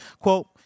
Quote